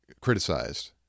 criticized